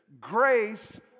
grace